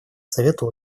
совету